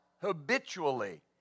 habitually